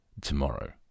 tomorrow